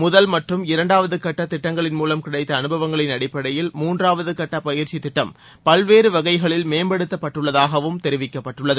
முதல் மற்றும் இரண்டாவது கட்ட திட்டங்களின் மூலம் கிடைத்த அனுபவங்களின் அடிப்படையில் கட்ட பயிற்சி திட்டம் பல்வேறு வகைகளில் மேம்படுத்தப்பட்டுள்ளதகாவும் மூன்றாவது தெரிவிக்கப்பட்டுள்ளது